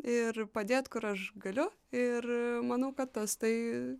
ir padėt kur aš galiu ir manau kad tas tai